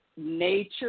nature